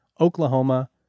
Oklahoma